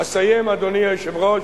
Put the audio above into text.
אסיים, אדוני היושב-ראש,